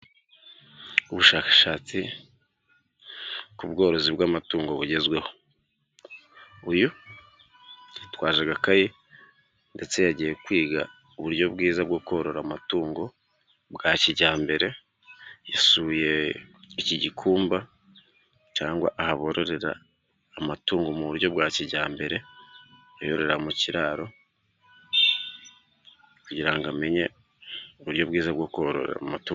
Ubushakashatsi ku bworozi bw'amatungo bugezweho. Uyu yitwaje agakayi, ndetse yagiye kwiga uburyo bwiza bwo korora amatungo bwa kijyambere, yasuye iki gikumba, cyangwa aha bororera amatungo mu buryo bwa kijyambere, bayororera mu kiraro, kugira ngo amenye uburyo bwiza bwora umutongo.